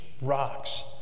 rocks